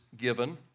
given